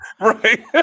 right